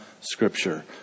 Scripture